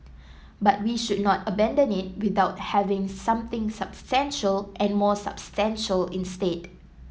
but we should not abandon it without having something substantial and more substantial instead